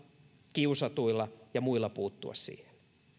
kiusatuilla ja muilla puuttua siihen